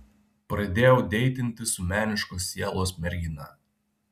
pradėjau deitinti su meniškos sielos mergina